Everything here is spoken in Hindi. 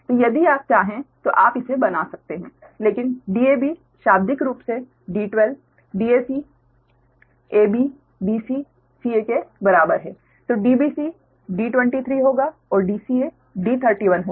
तो यदि आप चाहें तो आप इसे बना सकते हैं लेकिन Dab शाब्दिक रूप से D12 Dac ab bc ca के बराबर है तो Dbc D23 होगा और Dca D31 होगा